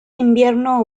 invierno